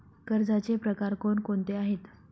कर्जाचे प्रकार कोणकोणते आहेत?